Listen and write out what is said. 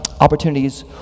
opportunities